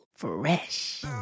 fresh